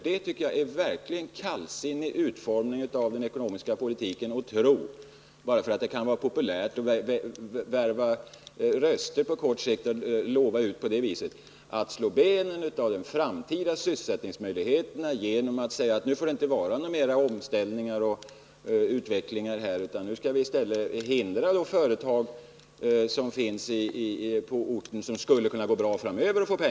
Jag tycker att det är att ge den ekonomiska politiken en verkligt kallsinnig utformning. Det går inte att ge löften bara för att det kan vara populärt och för att man kortsiktigt kan förvärva röster. Man säger att nu får det inte bli fler omställningar eller tal om utveckling, men det innebär ju att man hindrar utvecklingen för företag på orten som skulle kunna gå bra framöver.